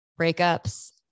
breakups